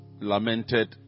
lamented